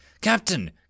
Captain